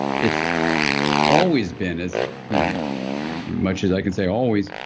it's always been, as you know much as i can say always,